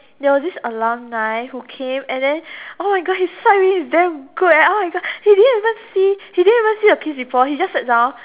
there was this alumni who came and then oh my god his side view is damn good leh oh my god he didn't even see he didn't even see the piece before he just sat down